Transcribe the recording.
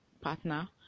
partner